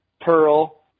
Pearl